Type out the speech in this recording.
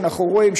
אנחנו רואים,